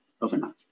overnight